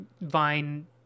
Vine